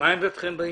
מה עמדתכם בעניין?